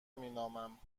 مینامم